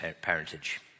parentage